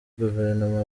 guverinoma